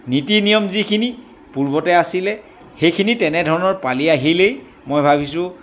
নীতি নিয়ম যিখিনি পূৰ্বতে আছিলে সেইখিনি তেনেধৰণৰ পালি আহিলেই মই ভাবিছোঁ